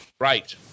Right